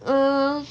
err